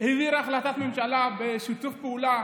העביר החלטת ממשלה בשיתוף פעולה